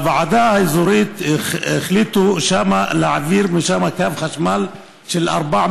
בוועדה האזורית החליטו להעביר משם קו חשמל של 400